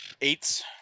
eights